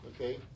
okay